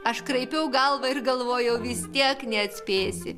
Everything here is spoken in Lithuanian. aš kraipiau galvą ir galvojau vis tiek neatspėsi